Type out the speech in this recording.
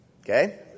Okay